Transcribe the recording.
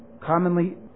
Commonly